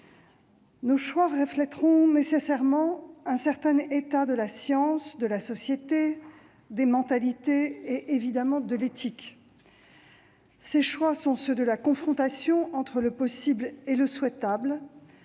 Nos choix refléteront nécessairement un certain état de la science, de la société, des mentalités et, évidemment, de l'éthique. Ces choix sont ceux de la confrontation entre le possible et le souhaitable,